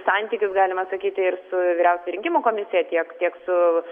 santykius galima sakyti ir su vyriausia rinkimų komisija tiek tiek su